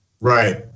Right